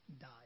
died